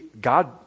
God